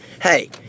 hey